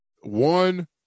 One